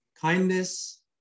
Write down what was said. kindness